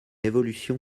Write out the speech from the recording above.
évolution